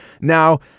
Now